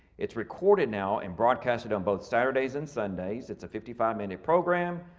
it's recorded now and broadcasted on both saturdays and sundays. it's a fifty five minute program.